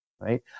Right